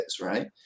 right